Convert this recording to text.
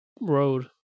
road